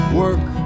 work